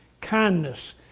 Kindness